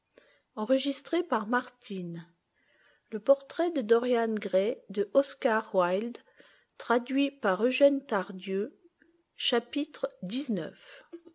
le portrait de dorian gray par